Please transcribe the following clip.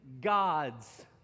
God's